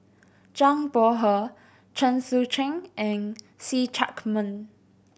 Zhang Bohe Chen Sucheng and See Chak Mun